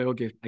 Okay